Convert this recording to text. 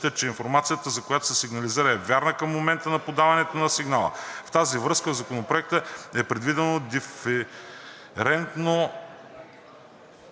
че информацията, за която са сигнализирали, е вярна към момента на подаването на сигнала. В тази връзка в Законопроекта е предвидено дефинирането